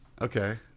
okay